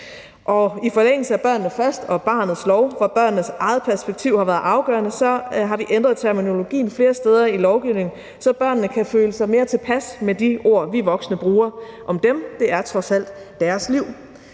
i forlængelse af »Børnene Først« og barnets lov, hvor børnenes eget perspektiv har været afgørende, har vi ændret terminologien flere steder i lovgivningen, så børnene kan føle sig mere tilpasse med de ord, vi voksne bruger om dem – det er trods alt deres liv.